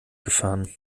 gefahren